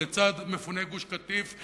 לצד מפוני גוש-קטיף,